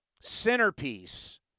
centerpiece